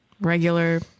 regular